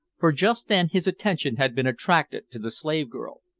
for just then his attention had been attracted to the slave-girl.